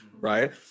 right